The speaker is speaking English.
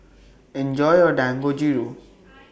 Enjoy your Dangojiru